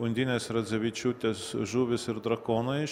undinės radzevičiūtės žuvys ir drakonai